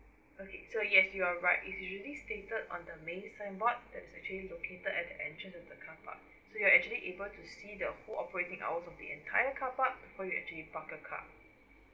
okay so yes you are right it is already stated on the main signboard that is actually located at the entrance of the car park so you're actually able to see the whole operating hour of the entire car park where you actually park the car